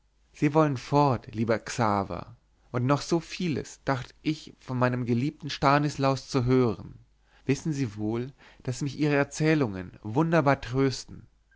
sie wollen fort lieber xaver und noch so vieles dacht ich von meinem geliebten stanislaus zu hören wissen sie wohl daß mich ihre erzählungen wunderbar trösten